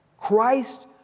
Christ